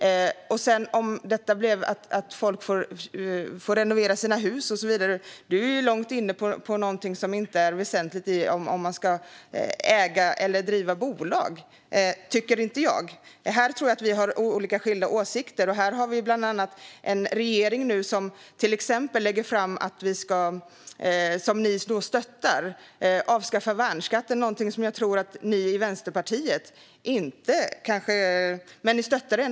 Birger Lahti säger att detta innebär att folk får renovera sina hus och så vidare. Jag tycker att han är inne på något som ligger långt ifrån ämnet och som inte är väsentligt vad gäller huruvida staten ska äga eller driva bolag. Vi har skilda åsikter om detta. Nu har vi en regering som till exempel lägger fram förslag om att avskaffa värnskatten, något som ni stöttar även om ni kanske inte vill ha det.